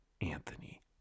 Anthony